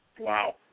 Wow